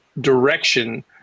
direction